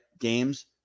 games